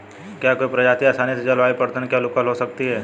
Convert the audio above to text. क्या कोई प्रजाति आसानी से जलवायु परिवर्तन के अनुकूल हो सकती है?